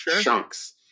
chunks